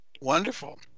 Wonderful